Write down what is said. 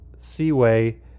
Seaway